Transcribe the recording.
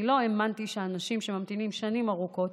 אני לא האמנתי שאנשים שממתינים שנים ארוכות,